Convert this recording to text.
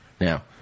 Now